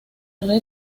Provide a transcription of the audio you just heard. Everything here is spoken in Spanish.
red